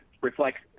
reflects